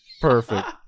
Perfect